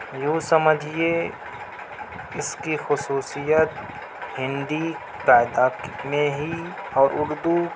یوں سمجھیے اس کی خصوصیت ہندی تعداد میں ہی اور اردو